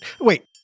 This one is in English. Wait